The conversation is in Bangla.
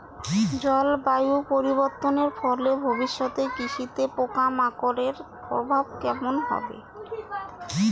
জলবায়ু পরিবর্তনের ফলে ভবিষ্যতে কৃষিতে পোকামাকড়ের প্রভাব কেমন হবে?